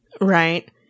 right